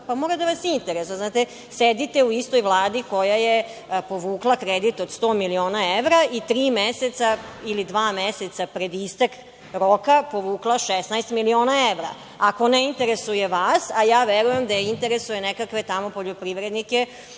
Pa, mora da vas interesuje, jer sedite u istoj Vladi koja je povukla kredit od 100 miliona evra i tri meseca ili dva meseca pred istek roka povukla 16 miliona evra. Ako ne interesuje vas, ja verujem da interesuje nekakve tamo poljoprivrednike